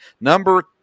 Number